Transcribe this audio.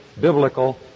Biblical